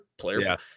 player